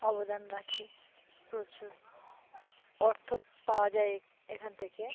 অবদান রাখে প্রচুর অর্থ পাওয়া যায় এখান থেকে